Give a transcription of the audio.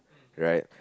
right